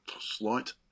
slight